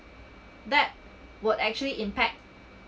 that would actually impact